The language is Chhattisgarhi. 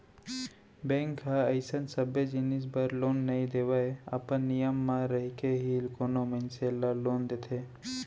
बेंक ह अइसन सबे जिनिस बर लोन नइ देवय अपन नियम म रहिके ही कोनो मनसे ल लोन देथे